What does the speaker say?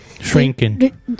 Shrinking